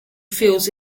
feels